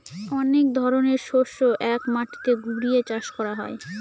অনেক ধরনের শস্য এক মাটিতে ঘুরিয়ে চাষ করা হয়